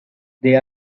they